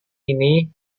ini